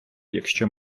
якщо